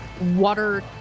water